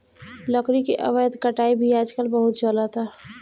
लकड़ी के अवैध कटाई भी आजकल बहुत चलता